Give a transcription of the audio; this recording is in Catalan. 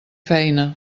feina